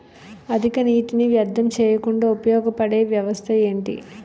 అధిక నీటినీ వ్యర్థం చేయకుండా ఉపయోగ పడే వ్యవస్థ ఏంటి